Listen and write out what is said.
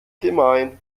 gemein